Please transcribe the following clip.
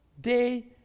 day